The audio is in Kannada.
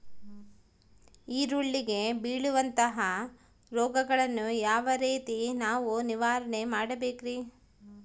ಈರುಳ್ಳಿಗೆ ಬೇಳುವಂತಹ ರೋಗಗಳನ್ನು ಯಾವ ರೇತಿ ನಾವು ನಿವಾರಣೆ ಮಾಡಬೇಕ್ರಿ?